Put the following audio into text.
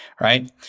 right